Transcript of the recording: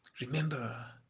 remember